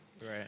right